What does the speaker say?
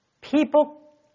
people